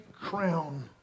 crown